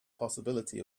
possibility